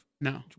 No